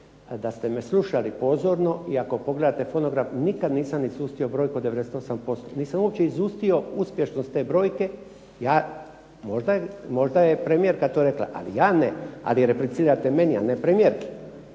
Da ste me slušali pozorno i ako pogledate fonogram nikad nisam izustio brojku od 98%, nisam uopće izustio uspješnost te brojke. Možda je premijerka to rekla, ali ja ne, a vi replicirate meni, a ne premijerki.